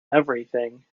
everything